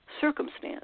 circumstance